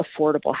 affordable